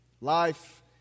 Life